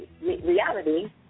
Reality